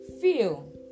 feel